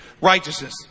righteousness